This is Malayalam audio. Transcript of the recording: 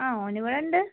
ആ ഓൻ ഇവിടെ ഉണ്ട്